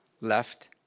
left